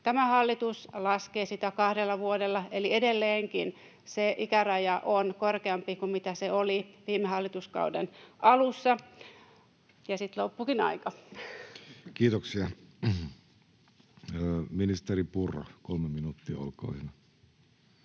Tämä hallitus laskee sitä kahdella vuodella, eli edelleenkin se ikäraja on korkeampi kuin mitä se oli viime hallituskauden alussa. — Ja sitten loppuikin aika. [Speech 168] Speaker: Jussi